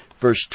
verse